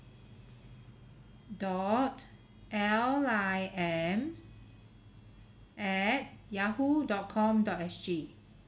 dot L I M at yahoo dot com dot S_G